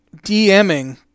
DMing